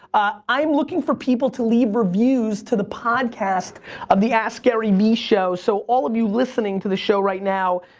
i'm looking for people to leave reviews to the podcast of the askgaryvee show, so all of you listening to the show right now,